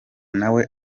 nawe